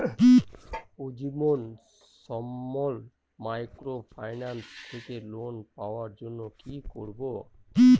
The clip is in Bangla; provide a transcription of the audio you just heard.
উজ্জীবন স্মল মাইক্রোফিন্যান্স থেকে লোন পাওয়ার জন্য কি করব?